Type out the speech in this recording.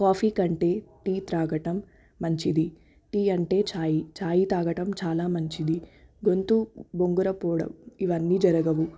coffee కంటే tea త్రాగటం మంచిది టీ అంటే ఛాయి ఛాయి తాగటం చాలా మంచిది గొంతు బొంగురపోవడం ఇవన్నీ జరగవు